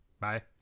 Bye